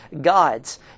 gods